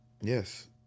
Yes